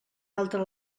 altre